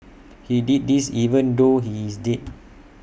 he did this even though he is dead